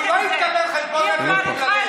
הוא לא התכוון לחשבון נפש,